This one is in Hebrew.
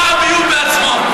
אמר הביוב בעצמו.